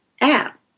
app